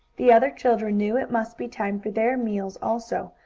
the other children knew it must be time for their meals also,